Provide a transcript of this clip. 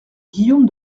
guillaume